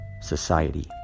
society